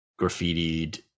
graffitied